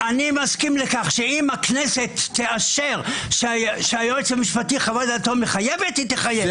שאם הכנסת תאשר שהיועץ המשפטי חוות דעתו מחייבת היא תחייב.